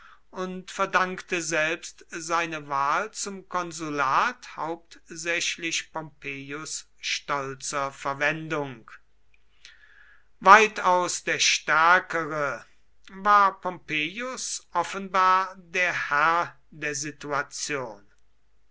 und verdankte selbst seine wahl zum konsulat hauptsächlich pompeius stolzer verwendung weitaus der stärkere war pompeius offenbar der herr der situation